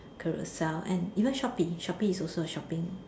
Carousell and you know Shopee Shopee is also a shopping